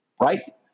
Right